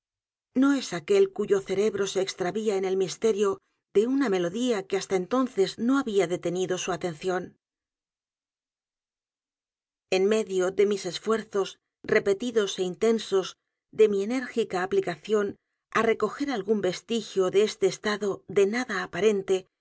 no es aquel cuyo cerebro se extravía en el misterio de una melodía que hasta entonces no había detenido su atención en medio de mis esfuerzos repetidos é intensos de mi enérgica aplicación á recoger algún vestigio de este estado de nada aparente